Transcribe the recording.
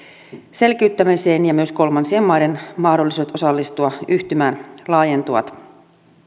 selkiyttämiseen ja myös kolmansien maiden mahdollisuudet osallistua yhtymään laajentuvat